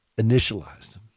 initialized